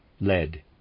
lead